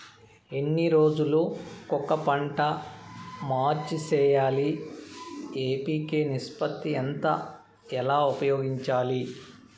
ఎన్ని రోజులు కొక పంట మార్చి సేయాలి ఎన్.పి.కె నిష్పత్తి ఎంత ఎలా ఉపయోగించాలి?